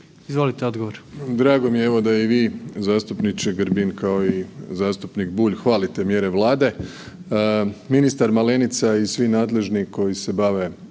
Andrej (HDZ)** Drago mi je da i vi zastupniče Grbin kao i zastupnik Bulj hvalite mjere Vlade. Ministar Malenica i svi nadležni koji se bave